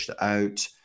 out